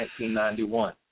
1991